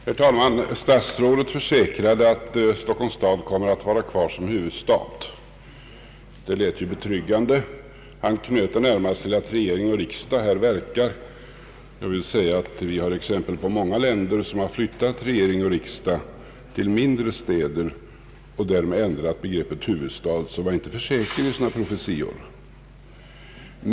Herr talman! Statsrådet försäkrade att Stockholms stad kommer att vara kvar som huvudstad. Det lät betryggande. Han knöt närmast sitt uttalande till det förhållandet att regering och riksdag verkar här. Det finns emellertid exempel på många länder som flyttat regering och riksdag till mindre städer och därmed ändrat begreppet huvudstad. Var alltså inte för säker i profetiorna!